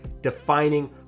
defining